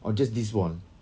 or just this wall